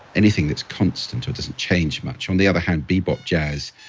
anything that's constant or doesn't change much. on the other had bebop jazz,